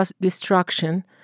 destruction